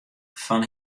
fan